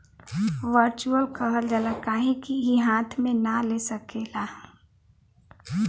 virtual कहल जाला काहे कि ई हाथ मे ना ले सकेला